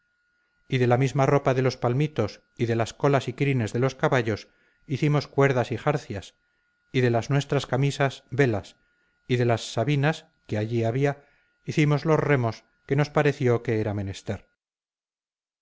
y de la misma ropa de los palmitos y de las colas y crines de los caballos hicimos cuerdas y jarcias y de las nuestras camisas velas y de las sabinas que allí había hicimos los remos que nos pareció que era menester